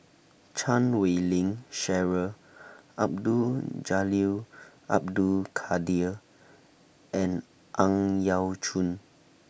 Chan Wei Ling Cheryl Abdul Jalil Abdul Kadir and Ang Yau Choon